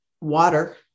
water